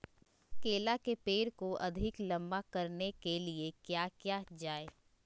केला के पेड़ को अधिक लंबा करने के लिए किया किया जाए?